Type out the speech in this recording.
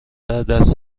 دست